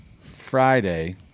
Friday –